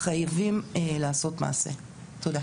אוקיי.